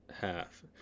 half